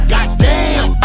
Goddamn